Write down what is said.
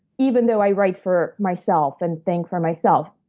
even though i write for myself and think for myself,